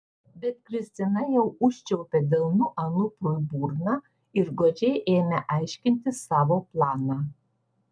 bet kristina jau užčiaupė delnu anuprui burną ir godžiai ėmė aiškinti savo planą